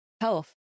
health